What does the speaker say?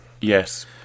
yes